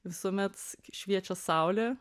visuomet šviečia saulė